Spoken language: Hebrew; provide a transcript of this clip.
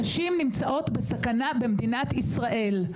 נשים נמצאות בסכנה במדינת ישראל,